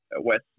West